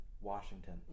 Washington